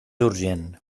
urgent